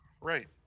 Right